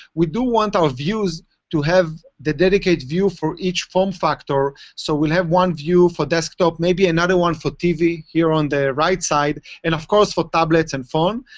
we do want our views to have the dedicated view for each form factor. so we'll have one view for desktop, maybe another one for tv here on the right side, and of course for tablets and phone.